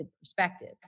perspective